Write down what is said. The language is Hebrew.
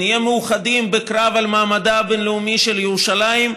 נהיה מאוחדים בקרב על מעמדה הבין-לאומי של ירושלים,